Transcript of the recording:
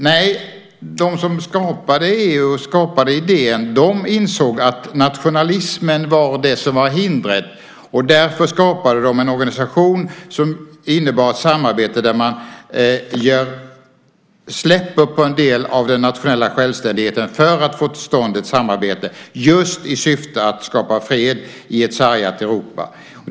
Nej, de som skapade EU, skapade idén, insåg att nationalismen var det som var hindret. Därför skapade de en organisation som innebar ett samarbete där man släpper en del av den nationella självständigheten för att få till stånd ett samarbete just i syfte att skapa fred i ett sargat Europa.